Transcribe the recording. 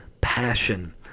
passion